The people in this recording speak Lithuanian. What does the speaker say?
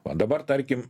o dabar tarkim